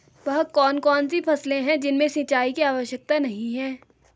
वह कौन कौन सी फसलें हैं जिनमें सिंचाई की आवश्यकता नहीं है?